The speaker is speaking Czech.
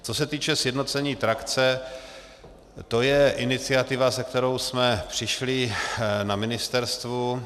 Co se týče sjednocení trakce, to je iniciativa, se kterou jsme přišli na ministerstvo.